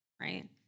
right